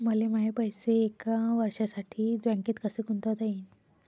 मले माये पैसे एक वर्षासाठी बँकेत कसे गुंतवता येईन?